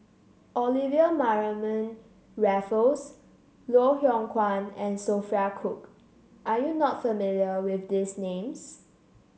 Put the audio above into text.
Olivia Mariamne Raffles Loh Hoong Kwan and Sophia Cooke are you not familiar with these names